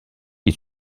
qui